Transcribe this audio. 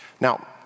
Now